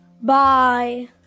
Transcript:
Bye